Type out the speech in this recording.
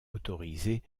autoriser